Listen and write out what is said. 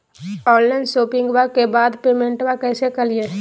Online शोपिंग्बा के बाद पेमेंटबा कैसे करीय?